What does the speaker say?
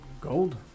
gold